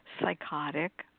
psychotic